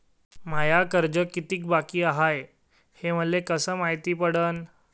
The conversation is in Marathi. माय कर्ज कितीक बाकी हाय, हे मले कस मायती पडन?